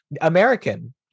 American